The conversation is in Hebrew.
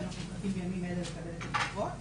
ואנחנו מחכים בימים אלה לקבל את התשובות.